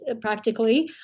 practically